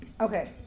Okay